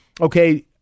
okay